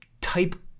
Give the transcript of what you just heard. type